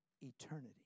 eternity